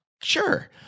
Sure